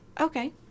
Okay